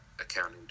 accounting